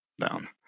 down